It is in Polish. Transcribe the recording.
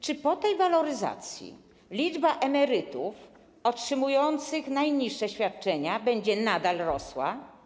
Czy po tej waloryzacji liczba emerytów otrzymujących najniższe świadczenia będzie nadal rosła?